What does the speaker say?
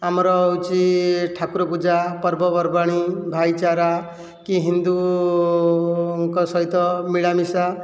ଆମର ହେଉଛି ଠାକୁର ପୂଜା ପର୍ବପର୍ବାଣି ଭାଇଚାରା କି ହିନ୍ଦୁଙ୍କ ସହିତ ମିଳାମିଶା